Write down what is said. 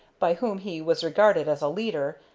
by whom he was regarded as a leader,